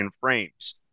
frames